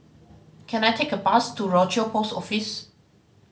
can I take a bus to Rochor Post Office